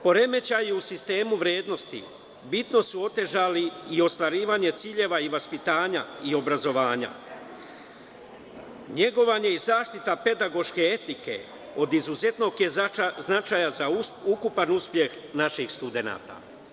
Poremećaj u sistemu vrednosti, bitno su otežali o ostvarivanje ciljeva i vaspitanja i obrazovanja, negovanje i zaštita pedagoške etike od izuzetnog je značaja za ukupan uspeh naših studenata.